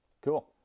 Cool